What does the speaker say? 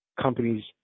companies